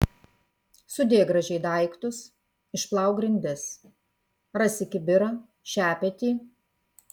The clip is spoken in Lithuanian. sudėk gražiai daiktus išplauk grindis rasi kibirą šepetį